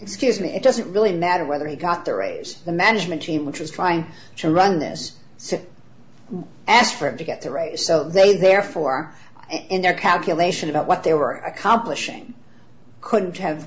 excuse me it doesn't really matter whether he got the raise the management team which is trying to run this asked for him to get a raise so they therefore in their calculation about what they were accomplishing couldn't have